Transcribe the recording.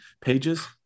pages